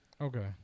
Okay